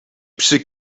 przy